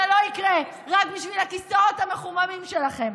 זה לא יקרה רק בשביל הכיסאות המחוממים שלכם.